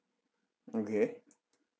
okay